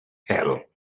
hell